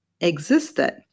existed